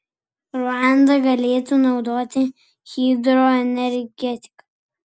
ruanda galėtų naudoti hidroenergetiką